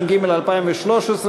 התשע"ג 2013,